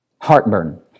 Heartburn